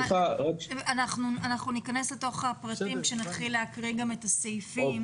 אנחנו ניכנס לפרטים עת נתחיל להקריא את הצעת החוק.